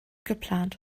geplant